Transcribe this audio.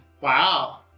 Wow